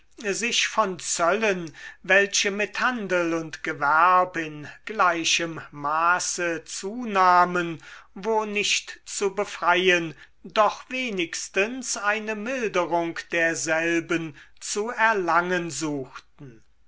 sich von den zöllen welche mit handel und gewerb in gleichem maße zunahmen wo nicht zu befreien doch wenigstens eine milderung derselben zu erlangen suchten